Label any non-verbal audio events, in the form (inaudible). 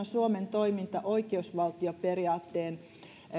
(unintelligible) suomen toiminta oikeusvaltioperiaatteen